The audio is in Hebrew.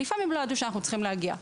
ולפעמים לא ידעו שאנחנו צריכים להגיע.